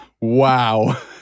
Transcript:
Wow